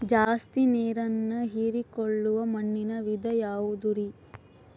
ಜಾಸ್ತಿ ನೇರನ್ನ ಹೇರಿಕೊಳ್ಳೊ ಮಣ್ಣಿನ ವಿಧ ಯಾವುದುರಿ?